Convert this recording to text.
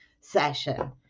session